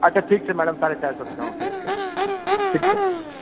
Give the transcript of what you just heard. अच्छा ठीक छै मैडम साढ़ेचारि सए टका मे फिक्स करू ठीक छै